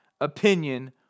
Opinion